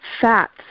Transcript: fats